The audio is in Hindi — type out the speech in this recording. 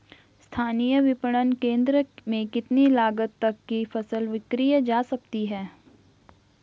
स्थानीय विपणन केंद्र में कितनी लागत तक कि फसल विक्रय जा सकती है?